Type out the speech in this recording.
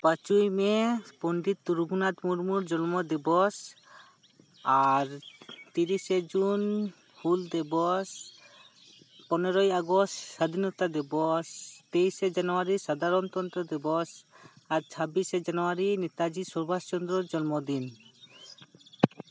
ᱯᱟᱸᱪᱮᱭ ᱢᱮ ᱯᱚᱱᱰᱤᱛ ᱨᱚᱜᱷᱩᱱᱟᱛᱷ ᱢᱩᱨᱢᱩᱣᱟᱜ ᱡᱚᱱᱢᱚ ᱫᱤᱵᱚᱥ ᱟᱨ ᱛᱤᱨᱤᱥᱮ ᱡᱩᱱ ᱦᱩᱞ ᱫᱤᱵᱚᱥ ᱯᱚᱱᱨᱚᱭ ᱟᱜᱚᱥᱴ ᱥᱟᱫᱷᱤᱱᱚᱛᱟ ᱫᱤᱵᱚᱥ ᱛᱮᱭᱤᱥᱮ ᱡᱟᱱᱩᱣᱟᱨᱤ ᱥᱟᱫᱷᱟᱨᱚᱱ ᱛᱚᱱᱛᱨᱚ ᱫᱤᱵᱚᱥ ᱟᱨ ᱪᱷᱟᱵᱵᱤᱥᱮ ᱡᱟᱱᱩᱣᱟᱨᱤ ᱱᱮᱛᱟᱡᱤ ᱥᱩᱵᱷᱟᱥ ᱪᱚᱱᱫᱨᱚ ᱡᱚᱱᱢᱚ ᱫᱤᱱ